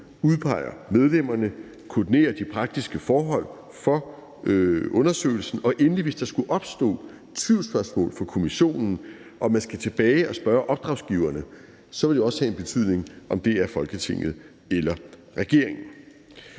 udpeger medlemmerne, koordinerer de praktiske forhold for undersøgelsen, og endelig, hvis der skulle opstå tvivlsspørgsmål for kommissionen og man skal tilbage og spørge opdragsgiverne, vil det også have en betydning, om det er Folketinget eller regeringen.